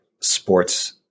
sports